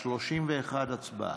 31, הצבעה.